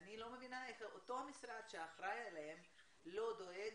אני לא מבינה איך אותו המשרד שאחראי עליהם לא דאג